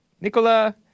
Nicola